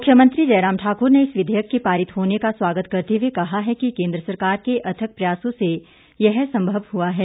मुख्यमंत्री जयराम ठाकुर ने इस विधेयक के पारित होने का स्वागत करते हुए कहा है कि केंद्र सरकार के अथक प्रयासों से यह संभव हआ है